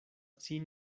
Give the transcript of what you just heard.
sin